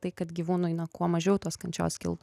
tai kad gyvūnui na kuo mažiau tos kančios kiltų